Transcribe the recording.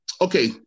okay